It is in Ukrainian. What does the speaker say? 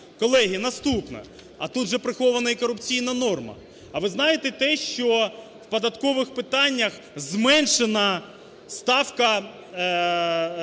Колеги, наступне. А тут же прихована і корупційна норма. А ви знаєте те, що в податкових питаннях зменшена ставка,